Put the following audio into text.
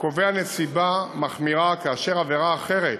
הקובע נסיבה מחמירה כאשר עבירה אחרת